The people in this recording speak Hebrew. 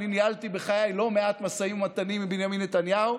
ואני ניהלתי בחיי לא מעט משאים ומתנים עם בנימין נתניהו,